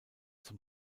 zum